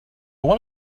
one